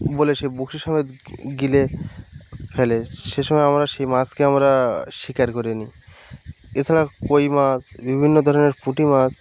বলে সে বড়শি সমেত গিলে ফেলে সে সময় আমরা সে মাছকে আমরা শিকার করে নিই এছাড়া কই মাছ বিভিন্ন ধরনের পুঁটি মাছ